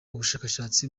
ubushakashatsi